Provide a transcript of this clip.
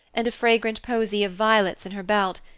and a fragrant posy of violets in her belt,